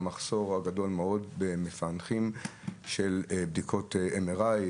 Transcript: על המחסור הגדול מאוד במפענחים של בדיקות MRI,